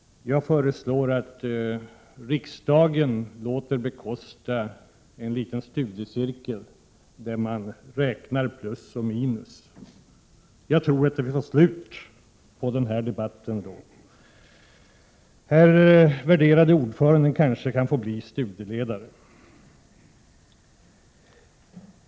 Jag föreslår att riksdagen bekostar en liten studiecirkel där man räknar plus och minus. Sedan får vi nog slut på den här debatten. Den värderade ordföranden kan kanske få bli studieledare.